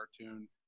cartoon